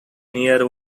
near